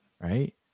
right